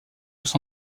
los